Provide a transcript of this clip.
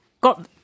got